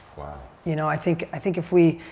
you know, i think i think if we,